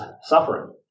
suffering